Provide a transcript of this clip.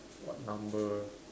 what number